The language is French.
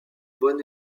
bon